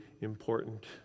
important